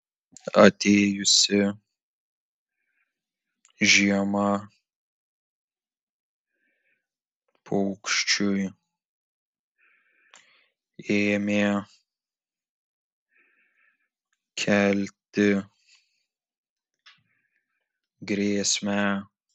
atėjusi žiema paukščiui ėmė kelti grėsmę